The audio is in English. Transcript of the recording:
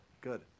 Good